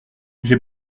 j’ai